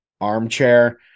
armchair